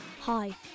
Hi